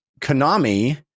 Konami